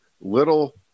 little